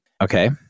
Okay